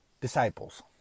disciples